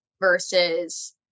versus